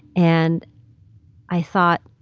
and i thought,